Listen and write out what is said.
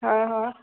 হয় হয়